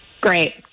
Great